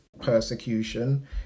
persecution